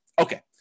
Okay